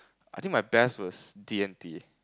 I think my best was D-and-T